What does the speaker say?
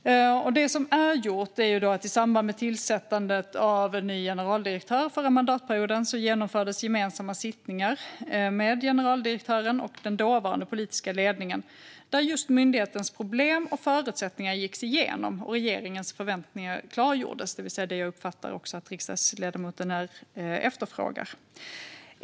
Det som är gjort är att i samband med tillsättandet av en ny generaldirektör förra mandatperioden genomfördes gemensamma sittningar med generaldirektören och den dåvarande politiska ledningen, där just myndighetens problem och förutsättningar gicks igenom och regeringens förväntningar klargjordes - det vill säga det jag uppfattar att riksdagsledamoten efterfrågar.